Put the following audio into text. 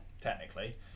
technically